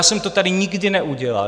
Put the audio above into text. Já jsem to tady nikdy neudělal.